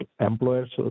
employers